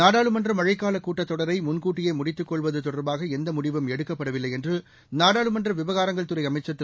நாடாளுமன்ற மழைக்கால கூட்டத் தொடரை முள்கூட்டியே முடித்துக் கொள்வது தொடர்பாக எந்த முடிவும் எடுக்கப்படவில்லை என்று நாடாளுமன்ற விவகாரங்கள் துறை அமைச்சர் திரு